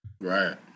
Right